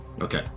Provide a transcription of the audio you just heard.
okay